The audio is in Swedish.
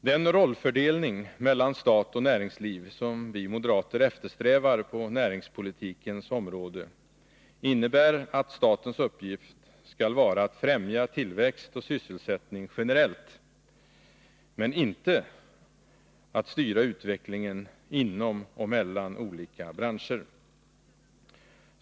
Den rollfördelning mellan stat och näringsliv som vi moderater eftersträvar på näringspolitikens område innebär att statens uppgift skall vara att främja tillväxt och sysselsättning generellt, men inte att styra utvecklingen inom och mellan olika branscher.